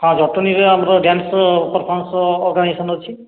ହଁ ଜଟଣୀରେ ଆମର ଡ୍ୟାନ୍ସ ପରଫୋରମନ୍ସ ଅର୍ଗାନାଇଜେସନ ଅଛି